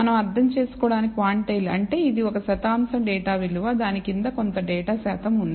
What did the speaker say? మనం అర్థం చేసుకోవటానికి క్వాంటైల్ అంటే అది ఇది ఒక శతాంశం డేటా విలువ దాని కింద కొంత డేటా శాతం ఉంది